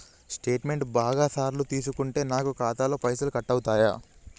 Statement బాగా సార్లు తీసుకుంటే నాకు ఖాతాలో పైసలు కట్ అవుతయా?